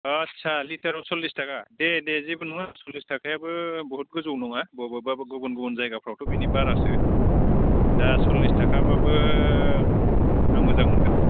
आस्सा लिटाराव सल्लिस थाखा दे दे जेबो नङा सल्लिस थाखायाबो बुहुद गोजौ नङा बबेबा गुबुन गुबुन जायगाफ्रावथ' बिनि बारासो दा सल्लिस थाखाब्लाबो आं मोजां मोनगोन